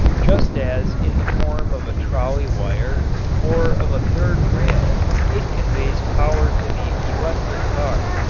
just as in the form of a trolley wire or of a third rail it conveys power to the electric car.